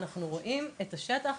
אנחנו רואים את השטח,